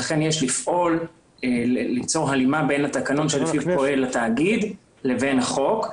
לכן יש לפעול וליצור הלימה בין התקנון שלפיו פועל התאגיד לבין החוק.